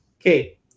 Okay